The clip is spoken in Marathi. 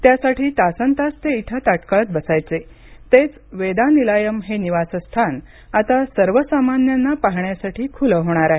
त्यासाठी तासन तास ते इथे ताटकळत बसायचे तेच वेदा नीलायम हे निवासस्थान आता सर्वसामन्यांना पाहण्यासाठी खुलं होणार आहे